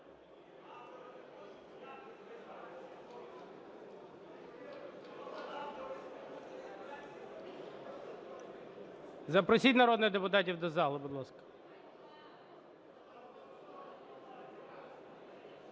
Запросіть народних депутатів до залу, будь ласка.